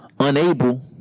Unable